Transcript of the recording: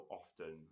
often